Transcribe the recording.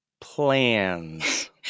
plans